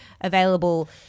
available